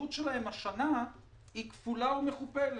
כשהחשיבות שלהם השנה היא כפולה ומכופלת.